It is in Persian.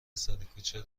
سرکوچه